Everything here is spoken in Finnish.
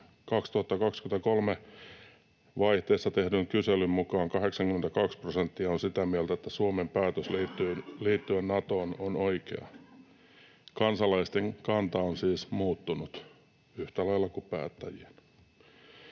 vaihteessa 2023 tehdyn kyselyn mukaan 82 prosenttia on sitä mieltä, että Suomen päätös liittyä Natoon on oikea. Kansalaisten kanta on siis muuttunut yhtä lailla kuin päättäjien.